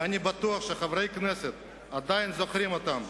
ואני בטוח שחברי הכנסת עדיין זוכרים אותם,